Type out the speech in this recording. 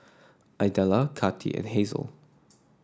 Idella Kati and Hazle